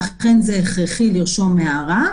ואכן הכרחי לרשום הערה.